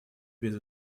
без